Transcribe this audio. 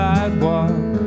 Sidewalk